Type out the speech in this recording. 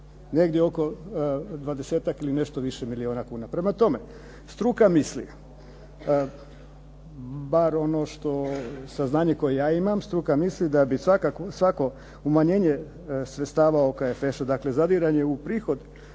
Negdje oko 20-ak ili nešto više milijuna kuna. Prema tome, struka misli bar ono što saznanje koje ja imam, struka misli da bi svako umanjenje sredstava OKFŠ-a dakle zadiranje u prihod